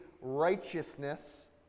righteousness